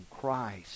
Christ